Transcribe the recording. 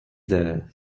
there